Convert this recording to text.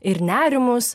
ir nerimus